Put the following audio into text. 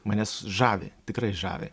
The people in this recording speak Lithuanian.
mane s žavi tikrai žavi